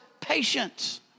patience